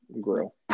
grill